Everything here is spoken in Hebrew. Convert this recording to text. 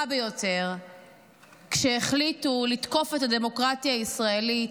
ביותר כשהחליטו לתקוף את הדמוקרטיה הישראלית,